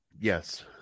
Yes